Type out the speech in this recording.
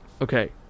Okay